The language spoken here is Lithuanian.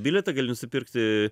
bilietą gali nusipirkti